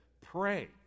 Pray